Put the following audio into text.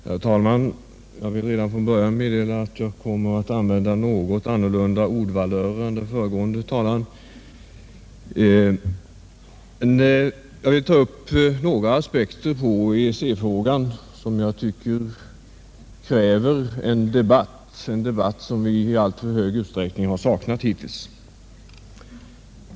Herr talman! Jag vill redan från början meddela att jag kommer att använda något andra ordvalörer än den föregående talaren. Jag skall här ta upp några aspekter på EEC-frågan, som jag tycker kräver en debatt. Den debatten har vi i alltför hög grad saknat hittills.